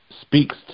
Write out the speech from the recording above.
speaks